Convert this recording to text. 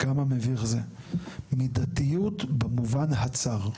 כמה מביך זה, "מידתיות במובן הצר".